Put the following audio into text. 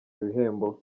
ibihembo